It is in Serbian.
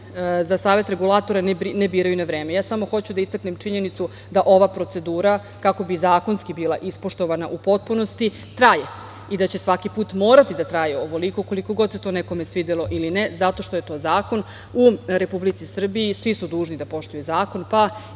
za Savet Regulatora ne biraju na vreme. Samo hoću da istaknem činjenicu da ova procedura, kako bi zakonski bila ispoštovana u potpunosti, traje i da će svaki put morati da traje ovoliko, koliko god se to nekome svidelo ili ne, zato što je to zakon.U Republici Srbiji svi su dužni da poštuju zakon, pa